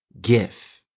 gift